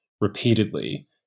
repeatedly